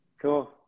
Cool